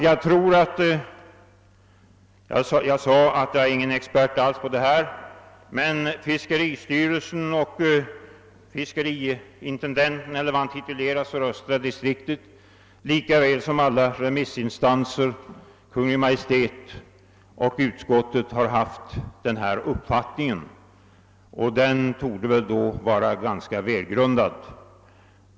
Jag sade att jag inte är någon expert på detta område, men fiskeristyrelsen och fiskeriintendenten för östra distriktet lika väl som alla remissinstanser, Kungl. Maj:t och utskottet har haft denna uppfattning, och den borde väl då vara ganska välgrundad.